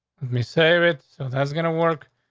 me save it. so that's gonna work.